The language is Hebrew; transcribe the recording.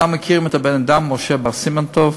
כולם מכירים את הבן-אדם, משה בר סימן טוב,